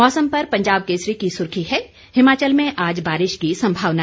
मौसम पर पंजाब केसरी की सुर्खी है हिमाचल में आज बारिश की संभावना